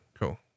cool